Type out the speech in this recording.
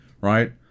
right